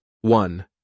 One